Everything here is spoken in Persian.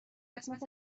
قسمت